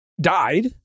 died